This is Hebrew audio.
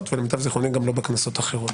ולמיטב זיכרוני גם לא בכנסות אחרות.